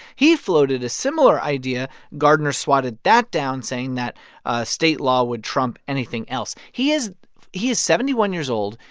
he floated a similar idea. gardner swatted that down, saying that state law would trump anything else. he is he is seventy one years old,